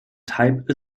type